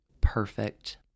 perfect